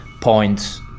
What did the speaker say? points